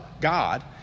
God